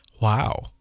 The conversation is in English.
Wow